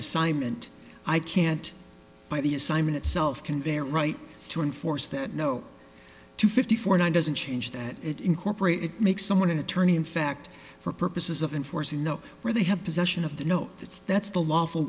assignment i can't by the assignment itself convey or right to enforce that no two fifty four nine doesn't change that it incorporate it makes someone an attorney in fact for purposes of enforcing no where they have possession of the note that's that's the lawful